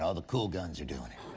ah the cool guns are doing it.